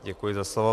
Děkuji za slovo.